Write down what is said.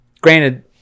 granted